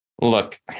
look